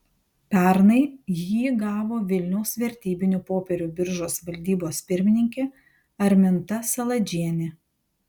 pernai jį gavo vilniaus vertybinių popierių biržos valdybos pirmininkė arminta saladžienė